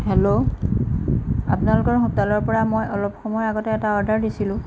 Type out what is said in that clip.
hello আপোনালোকৰ হোটেলৰপৰা মই অলপ সময় আগতে এটা অৰ্ডাৰ দিছিলোঁ